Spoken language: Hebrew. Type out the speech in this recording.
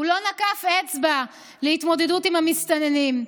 הוא לא נקף אצבע להתמודדות עם המסתננים.